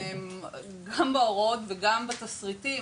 והם גם בהוראות וגם בתסריטים.